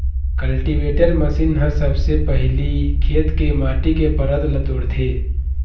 cultivator machine ह सबले पहिली खेत के माटी के परत ल तोड़थे